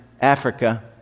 Africa